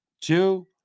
two